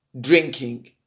drinking